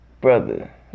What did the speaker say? brother